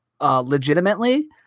legitimately